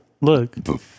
look